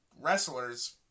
wrestlers